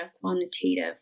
quantitative